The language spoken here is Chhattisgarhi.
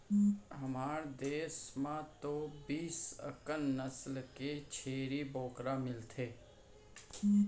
हमर देस म तो बीस अकन नसल के छेरी बोकरा मिलथे